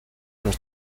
los